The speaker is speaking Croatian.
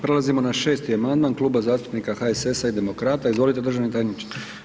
Prelazimo na šesti amandman Klub zastupnika HSS-a i Demokrata, izvolite državni tajniče.